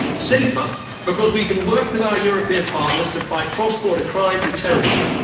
safer but because we can work with our european partners to fight cross-border crime and terrorism.